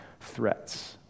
threats